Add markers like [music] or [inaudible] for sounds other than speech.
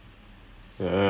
[laughs]